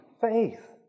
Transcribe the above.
faith